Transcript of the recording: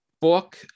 book